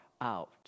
out